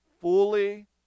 fully